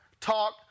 talk